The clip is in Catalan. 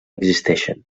existeixen